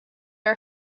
are